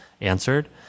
answered